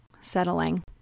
settling